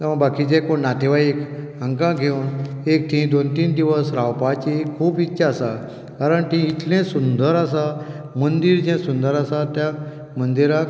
जावं नातेबायक घेवन एक दोन तीन दिवस रावपाची एक खूब इच्छा आसा कारण थंय इतलें सुंदर आसा मंदिर इतलें सुंदर आसा त्या मंदिराक